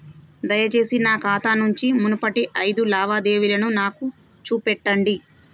దయచేసి నా ఖాతా నుంచి మునుపటి ఐదు లావాదేవీలను నాకు చూపెట్టండి